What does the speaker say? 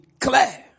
clear